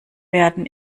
werden